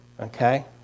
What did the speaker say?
Okay